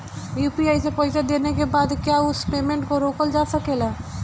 UPI से पईसा देने के बाद क्या उस पेमेंट को रोकल जा सकेला?